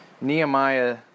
Nehemiah